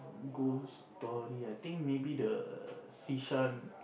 ghost story I think maybe the